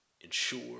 Ensure